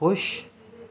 خوش